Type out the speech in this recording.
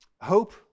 hope